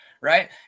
Right